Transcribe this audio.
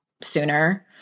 sooner